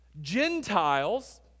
Gentiles